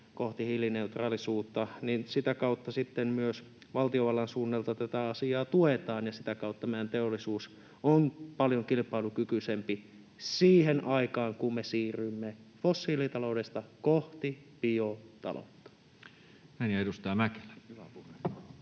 kohti hiilineutraalisuutta, niin sitä kautta sitten myös valtiovallan suunnalta tätä asiaa tuetaan ja sitä kautta meidän teollisuus on paljon kilpailukykyisempi siihen aikaan, kun me siirrymme fossiilitaloudesta kohti biotaloutta. [Speech 36] Speaker: